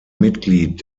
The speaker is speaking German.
mitglied